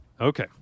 Okay